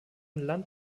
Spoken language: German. land